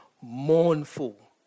mournful